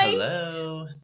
Hello